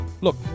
Look